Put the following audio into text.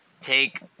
take